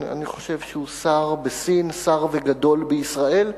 אני חושב שהוא שר בשׂי"ן, שר וגדול בישראל,